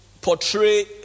portray